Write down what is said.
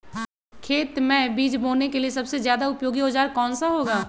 खेत मै बीज बोने के लिए सबसे ज्यादा उपयोगी औजार कौन सा होगा?